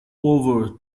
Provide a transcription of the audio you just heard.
over